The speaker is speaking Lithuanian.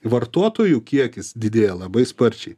vartotojų kiekis didėja labai sparčiai